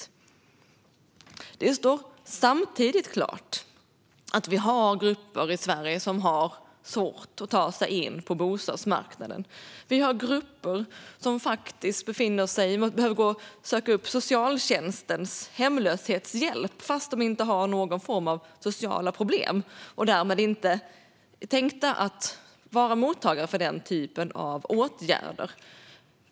Samtidigt står det klart att vi har grupper i Sverige som har svårt att ta sig in på bostadsmarknaden. Vi har grupper som behöver söka upp socialtjänstens hemlöshetshjälp fast de inte har någon form av sociala problem och därmed inte är tänkta som mottagare av den typen av åtgärder.